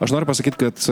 aš noriu pasakyt kad